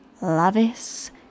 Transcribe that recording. Lavis